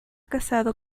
casado